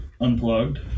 unplugged